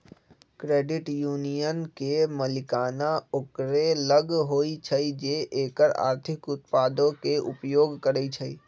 credit union के मलिकाना ओकरे लग होइ छइ जे एकर आर्थिक उत्पादों के उपयोग करइ छइ